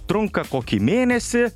trunka kokį mėnesį